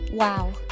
Wow